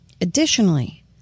Additionally